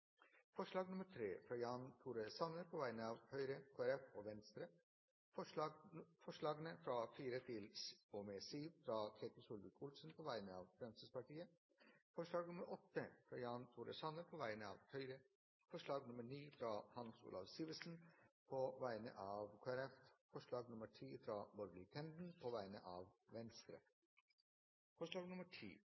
forslag nr. 3, fra Jan Tore Sanner på vegne av Høyre, Kristelig Folkeparti og Venstre forslagene nr. 4–7, fra Ketil Solvik-Olsen på vegne av Fremskrittspartiet forslag nr. 8, fra Jan Tore Sanner på vegne av Høyre forslag nr. 9, fra Hans Olav Syversen på vegne av Kristelig Folkeparti forslag nr. 10, fra Borghild Tenden på vegne av Venstre